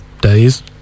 days